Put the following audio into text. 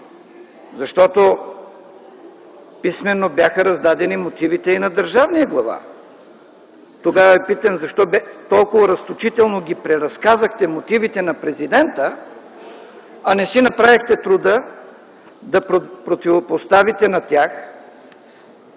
Защото писмено бяха раздадени мотивите и на държавния глава. Тогава Ви питам: защо толкова разточително преразказахте мотивите на Президента, а не си направихте труда да противопоставите на тях